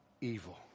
evil